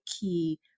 key